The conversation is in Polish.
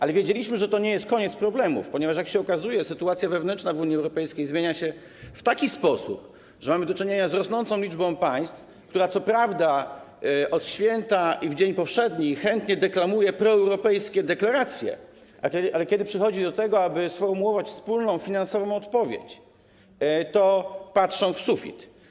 Ale wiedzieliśmy, że to nie jest koniec problemów, ponieważ jak się okazuje, sytuacja wewnętrzna w Unii Europejskiej zmienia się w taki sposób, że mamy do czynienia z rosnącą liczbą państw, które co prawda od święta i w dzień powszedni chętnie deklamują proeuropejskie deklaracje, ale kiedy przychodzi do tego, aby sformułować wspólną finansową odpowiedź, to patrzą w sufit.